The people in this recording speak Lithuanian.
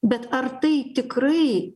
bet ar tai tikrai